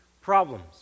problems